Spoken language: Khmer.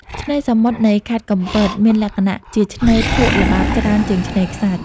ឆ្នេរសមុទ្រនៃខេត្តកំពតមានលក្ខណៈជាឆ្នេរភក់ល្បាប់ច្រើនជាងឆ្នេរខ្សាច់។